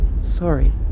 Sorry